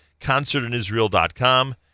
concertinisrael.com